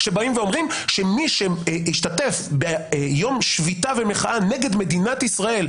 שבאים ואומרים שמי שהשתתף ביום שביתה ומחאה נגד מדינת ישראל,